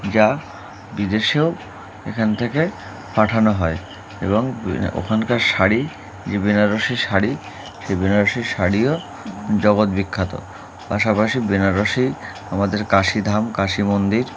যা বিদেশেও এখান থেকে পাঠানো হয় এবং ওখানকার শাড়ি যে বেনারসি শাড়ি সেই বেনারসি শাড়িও জগৎ বিখ্যাত পাশাপাশি বেনারস এই আমাদের কাশী ধাম কাশী মন্দির